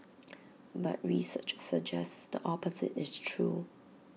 but research suggests the opposite is true